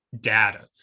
data